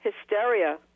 hysteria